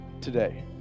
today